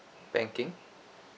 banking